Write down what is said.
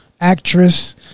actress